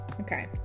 Okay